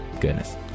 goodness